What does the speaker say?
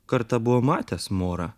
kartą buvo matęs morą